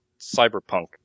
cyberpunk